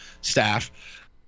staff